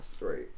Right